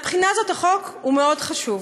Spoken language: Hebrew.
מהבחינה הזאת החוק הוא מאוד חשוב.